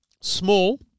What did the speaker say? small